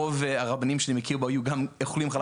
רוב הרבנים שאני מכיר ב-OU גם אוכלים חלב